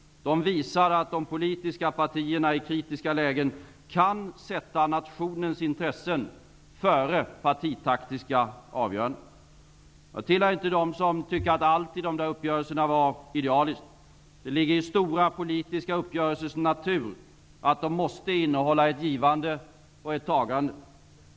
De visar att de politiska partierna i kritiska lägen kan sätta nationens intressen före partitaktiska avgöranden. Jag tillhör inte dem som tycker att allt i dessa uppgörelser var idealiskt. Det ligger i stora politiska uppgörelsers natur att de måste innehålla ett givande och ett tagande.